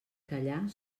callar